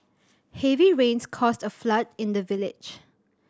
heavy rains caused a flood in the village